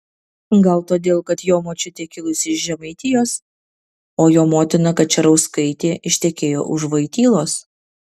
gal todėl kad jo močiutė kilusi iš žemaitijos o jo motina kačerauskaitė ištekėjo už vojtylos